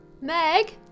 Meg